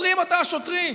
עוצרים אותה השוטרים.